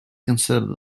consider